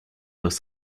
los